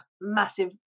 massive